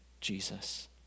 Jesus